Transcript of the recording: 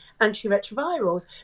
antiretrovirals